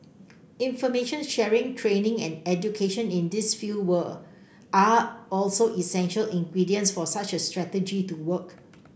information sharing training and education in this field are also essential ingredients for such a strategy to work